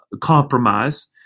compromise